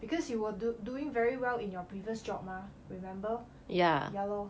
because you were do doing very well in your previous job mah remember ya lor